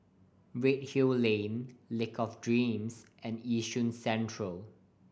Redhill Lane Lake of Dreams and Yishun Central